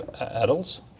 adults